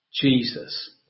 Jesus